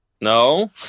no